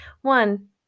one